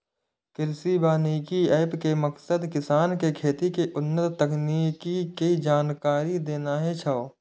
कृषि वानिकी एप के मकसद किसान कें खेती के उन्नत तकनीक के जानकारी देनाय छै